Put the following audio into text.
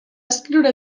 escriure